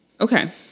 Okay